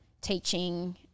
teaching